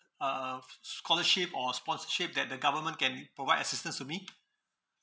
uh uh f~ scholarship or sponsorship that the government can it provide assistance to me